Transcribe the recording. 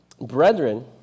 Brethren